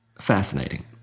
fascinating